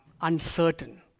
uncertain